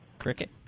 Cricket